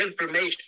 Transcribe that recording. information